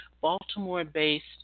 Baltimore-based